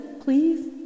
please